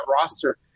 roster